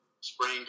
spring